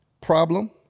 problem